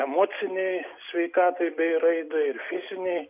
emocinei sveikatai bei raidai ir fizinei